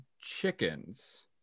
chickens